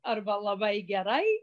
arba labai gerai